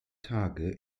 tage